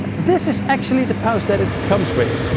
this is actually the pouch that it comes with.